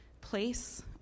place